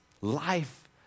life